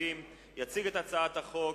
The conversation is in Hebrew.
170). יציג את הצעת החוק